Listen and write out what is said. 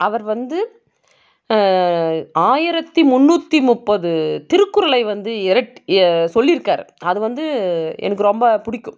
அவர் வந்து ஆயிரத்து முன்னூற்றி முப்பது திருக்குறளை வந்து இயற் சொல்லிருக்கார் அது வந்து எனக்கு ரொம்ப பிடிக்கும்